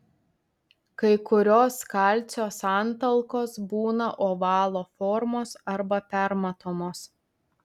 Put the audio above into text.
kai kurios kalcio santalkos būna ovalo formos arba permatomos